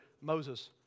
Moses